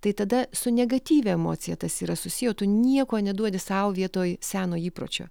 tai tada su negatyvia emocija tas yra susiję o tu nieko neduodi sau vietoj seno įpročio